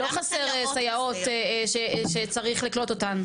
לא חסר סייעות שצריך לקלוט אותן.